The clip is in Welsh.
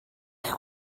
eich